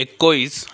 ଏକୋଇଶ